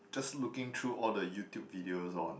just looking through all the YouTube videos on